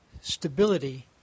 stability